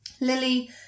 Lily